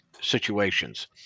situations